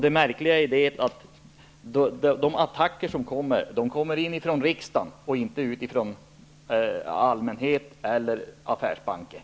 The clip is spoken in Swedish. Det märkliga är att de attacker som kommer, de kommer inifrån riksdagen och inte från allmänhet eller affärsbanker.